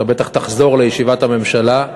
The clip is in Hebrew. אתה בטח תחזור לישיבת הממשלה,